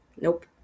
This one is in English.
nope